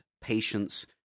patience